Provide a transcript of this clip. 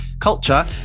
culture